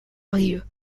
brieuc